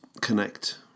Connect